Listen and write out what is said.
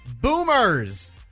boomers